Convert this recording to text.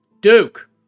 Duke